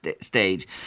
stage